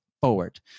forward